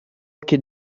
ket